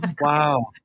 wow